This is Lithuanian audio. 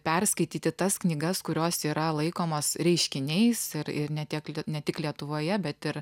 perskaityti tas knygas kurios yra laikomos reiškiniais ir ir ne tiek ne tik lietuvoje bet ir